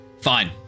fine